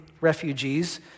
refugees